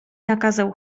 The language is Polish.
nakazał